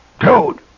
Toad